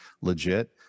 legit